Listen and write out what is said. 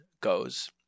goes